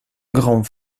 grand